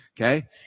okay